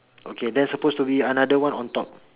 okay there's suppose to be another one on top